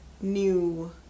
new